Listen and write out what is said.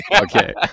Okay